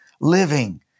living